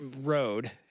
road